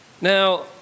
Now